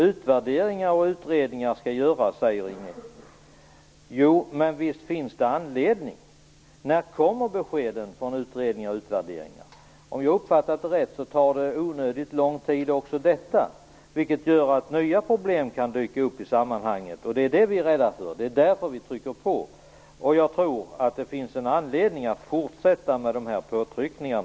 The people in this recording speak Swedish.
Utvärderingar och utredningar skall göras, säger Inge Carlsson. Ja, men visst finns det anledning. När kommer beskeden från utredningar och utvärderingar? Om jag har uppfattat det rätt kommer också dessa att ta onödigt lång tid, vilket gör att nya problem kan dyka upp i sammanhanget. Det är det vi är rädda för och det är därför vi trycker på. Jag tror att det finns anledning att fortsätta med dessa påtryckningar.